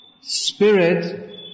spirit